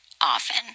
often